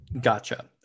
Gotcha